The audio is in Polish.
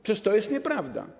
Przecież to jest nieprawda.